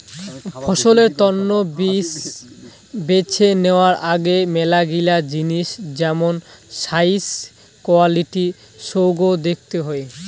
ফসলের তন্ন বীজ বেছে নেওয়ার আগে মেলাগিলা জিনিস যেমন সাইজ, কোয়ালিটি সৌগ দেখত হই